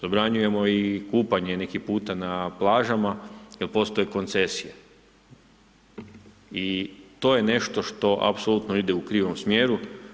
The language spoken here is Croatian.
Zabranjujemo i kupanje neki puta na plažama jer postoje koncesije i to je nešto što apsolutno ide u krivom smjeru.